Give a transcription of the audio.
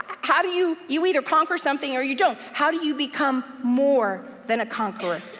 how do you, you either conquer something or you don't. how do you become more than a conqueror?